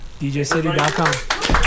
DJCity.com